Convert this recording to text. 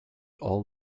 all